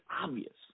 obvious